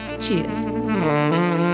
Cheers